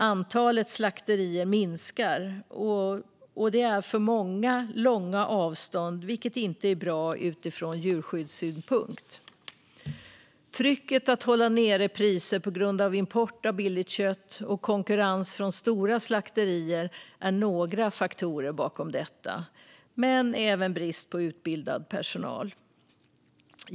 Antalet slakterier minskar, och det är för många långa avstånd, vilket inte är bra från djurskyddssynpunkt. Trycket att hålla nere priser på grund av import av billigt kött och konkurrens från stora slakterier är några faktorer bakom detta, men det handlar även om brist på utbildad personal.